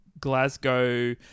Glasgow